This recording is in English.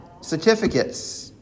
certificates